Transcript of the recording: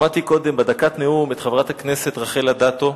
שמעתי קודם בדקת נאום את חברת הכנסת רחל אדטו,